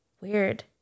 Weird